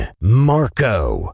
Marco